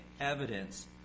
evidence